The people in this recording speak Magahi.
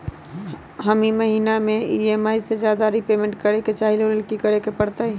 हम ई महिना में ई.एम.आई से ज्यादा रीपेमेंट करे के चाहईले ओ लेल की करे के परतई?